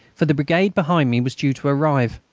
for the brigade behind me was due to arrive.